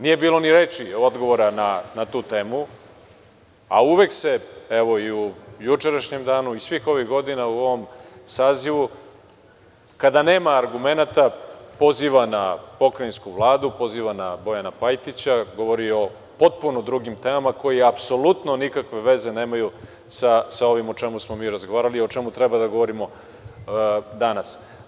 Nije bilo ni reči odgovora na tu temu, a uvek se, evo i u jučerašnjem danu i svih ovih godina u ovom sazivu, kada nema argumenata poziva na Pokrajinsku vladu, poziva na Bojana Pajtića, govori o potpuno drugim temama koje apsolutno nikakve veze nemaju sa ovim o čemu smo mi razgovarali i o čemu treba da govorimo danas.